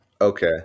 Okay